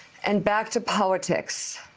and back to politics.